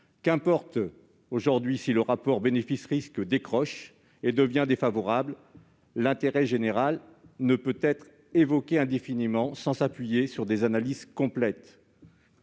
Qu'importe, aujourd'hui, si le rapport bénéfice-risque décroche et devient défavorable ! L'intérêt général ne peut être invoqué indéfiniment sans s'appuyer sur des analyses complètes.